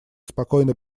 спокойно